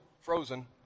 frozen